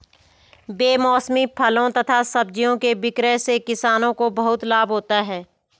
बेमौसमी फलों तथा सब्जियों के विक्रय से किसानों को बहुत लाभ होता है